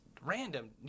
random